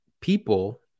people